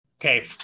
Okay